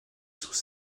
sous